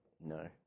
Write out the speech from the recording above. no